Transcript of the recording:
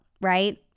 right